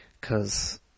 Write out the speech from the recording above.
Cause